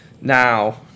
Now